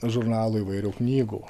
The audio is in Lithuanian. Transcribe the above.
žurnalų įvairių knygų